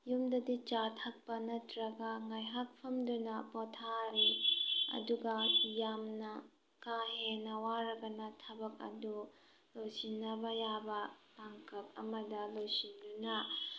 ꯌꯨꯝꯗꯗꯤ ꯆꯥ ꯊꯛꯄ ꯅꯠꯇ꯭ꯔꯒ ꯉꯥꯏꯍꯥꯛ ꯐꯝꯗꯨꯅ ꯄꯣꯊꯥꯔꯤ ꯑꯗꯨꯒ ꯌꯥꯝꯅ ꯀꯥ ꯍꯦꯟꯅ ꯋꯥꯔꯒꯅ ꯊꯕꯛ ꯑꯗꯨ ꯂꯣꯏꯁꯤꯟꯅꯕ ꯌꯥꯕ ꯇꯥꯡꯀꯛ ꯑꯃꯗ ꯂꯣꯏꯁꯤꯟꯗꯨꯅ